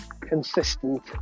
consistent